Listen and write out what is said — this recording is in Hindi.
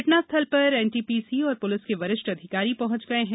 घटना स्थल पर एनटीपीसी और पुलिस के वरिष्ठ अधिकारी पहुंच गये हैं